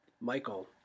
Michael